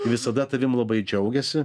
visada tavim labai džiaugiasi